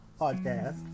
podcast